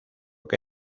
que